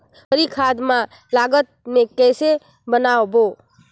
हरी खाद कम लागत मे कइसे बनाबो?